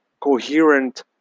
coherent